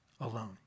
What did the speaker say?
alone